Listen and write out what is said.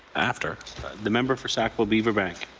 after the member for sackville-beaver bank.